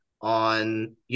on